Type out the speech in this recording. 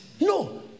No